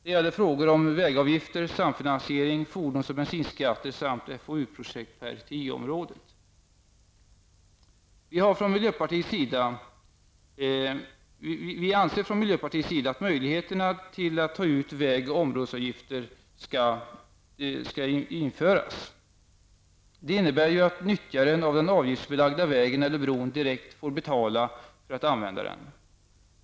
Det gäller frågor om vägavgifter, samfinansiering, fordons och bensinskatter samt Vi i miljöpartiet anser att möjligheter att ta ut vägoch områdesavgifter skall införas. Det innebär ju att nyttjaren av den avgiftsbelagda vägen eller bron direkt får betala för att använda den.